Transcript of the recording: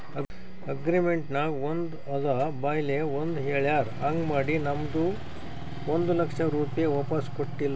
agreement ನಾಗ್ ಒಂದ್ ಅದ ಬಾಯ್ಲೆ ಒಂದ್ ಹೆಳ್ಯಾರ್ ಹಾಂಗ್ ಮಾಡಿ ನಮ್ದು ಒಂದ್ ಲಕ್ಷ ರೂಪೆ ವಾಪಿಸ್ ಕೊಟ್ಟಿಲ್ಲ